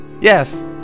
yes